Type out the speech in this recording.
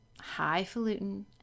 highfalutin